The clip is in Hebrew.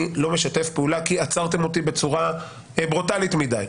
אני לא משתף פעולה כי עצרתם אותי בצורה ברוטלית מדי.